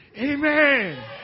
Amen